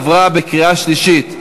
עברה בקריאה שלישית.